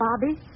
Bobby